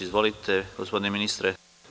Izvolite, gospodine ministre.